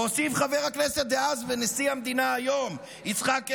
והוסיף חבר הכנסת דאז ונשיא המדינה היום יצחק הרצוג,